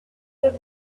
the